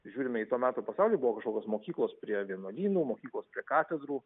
žiūrime į to meto pasaulį buvo kažkokios mokyklos prie vienuolynų mokyklos prie katedrų